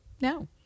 No